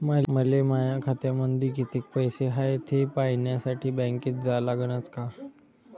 मले माया खात्यामंदी कितीक पैसा हाय थे पायन्यासाठी बँकेत जा लागनच का?